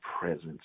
presence